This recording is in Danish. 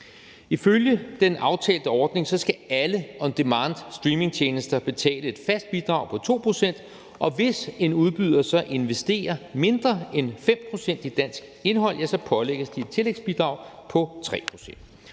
Ifølge den aftalte ordning skal alle on demand-streamingtjenester betale et fast bidrag på 2 pct., og hvis en udbyder så investerer mindre end 5 pct. i dansk indhold, pålægges de et tillægsbidrag på 3